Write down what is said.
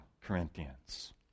Corinthians